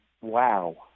wow